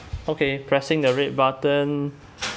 okay pressing the red button